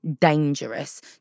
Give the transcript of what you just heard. dangerous